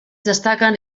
destaquen